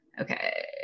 Okay